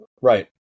Right